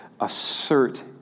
assert